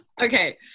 Okay